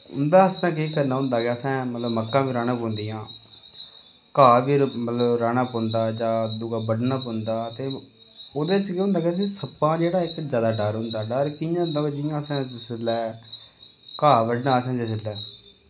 उं'दे आस्तै केह् करना होंदा के असें मतलब मक्कां बी राह्नियां पौंदियां घा बी र मतलब राह्ना जां दूआ बड्ढना पौंदा फ्ही ओह्दे च केह् होंदा के असेंगी सप्पा दा जेह्ड़ा इक जादा डर होंदा डर कि'यां होंदा भई जियां असें जिसलै घा बड्ढना असें जिस बेल्लै